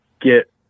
get